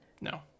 No